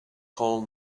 call